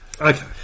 Okay